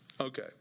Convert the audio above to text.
Okay